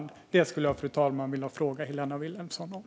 Det skulle jag, fru talman, vilja fråga Helena Vilhelmsson om.